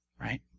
right